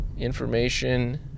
information